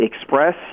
express